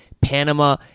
Panama